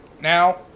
now